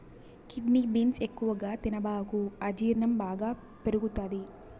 kidney beans ఎక్కువగా తినబాకు అజీర్ణం బాగా పెరుగుతది